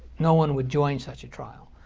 no one would join such a trial.